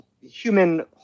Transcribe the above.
human